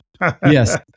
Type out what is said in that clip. yes